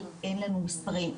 אבל אין לנו מספרים,